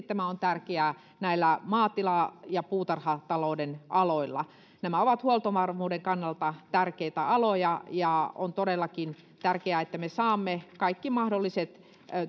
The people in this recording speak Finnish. tämä on tärkeää näillä maatila ja puutarhatalouden aloilla nämä ovat huoltovarmuuden kannalta tärkeitä aloja ja on todellakin tärkeää että me saamme kaikki mahdolliset